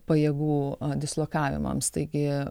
pajėgų dislokavimams taigi